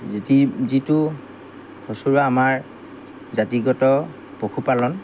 যিটো আমাৰ জাতিগত পশুপালন